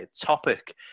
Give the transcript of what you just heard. Topic